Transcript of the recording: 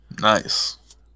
Nice